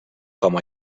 com